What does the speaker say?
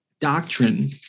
doctrine